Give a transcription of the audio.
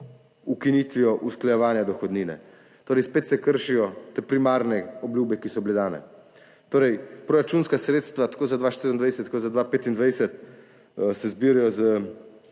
ukinitvijo usklajevanja dohodnine. Torej se spet kršijo te primarne obljube, ki so bile dane. Proračunska sredstva tako za 2024 kot za 2025 se zbirajo z